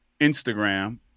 Instagram